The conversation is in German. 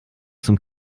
zum